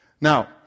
Now